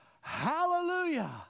Hallelujah